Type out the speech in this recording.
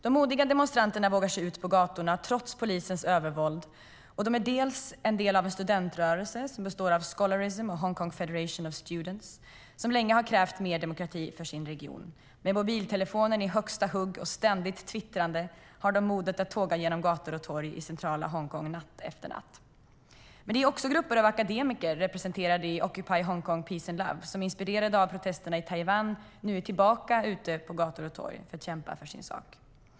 De modiga demonstranterna vågar sig ut på gatorna trots polisens övervåld. De är en del av en studentrörelse som består av Scholarism och Hong Kong Federation of Students, som länge har krävt mer demokrati för sin region. Med mobiltelefonen i högsta hugg och ständigt twittrande har de modet att tåga genom gator och torg i centrala Hongkong natt efter natt. Men det är också grupper av akademiker representerade i Occupy Hong Kong Peace and Love som, inspirerade av protesterna i Taiwan, nu är tillbaka ute på gator och torg för att kämpa för sin sak.